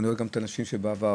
אני רואה גם את האנשים שהיו בעבר,